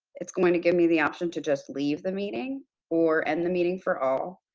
it's going to give me the option to just leave the meeting or end the meeting for all.